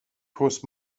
pws